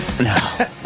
No